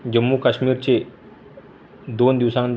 जम्मू काश्मीरचे दोन दिवसानंतरचे हवामान सांग